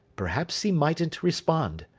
perhaps he mightn't respond.